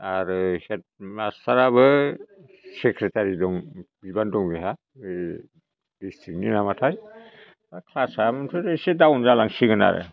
आरो हेद मास्टारआबो सेक्रेटारि दं बिबान दं बेहा बे डिस्ट्रिकनि नामाथाय क्लासया ओमफ्राय एसे दाउन जालांसिगोन आरो